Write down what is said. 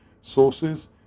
sources